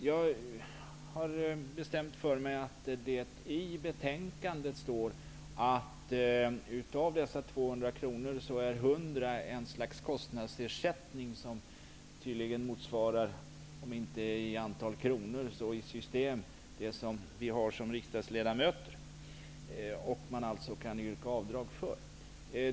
Jag har bestämt för mig att det i betänkandet står att 100 kr av dessa 200 kr är ett slags kostnadsersättning som tydligen motsvarar, om inte i antal kronor så i fråga om system, det som vi riksdagsledamöter har och som man alltså kan yrka avdrag för.